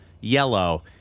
yellow